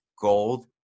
gold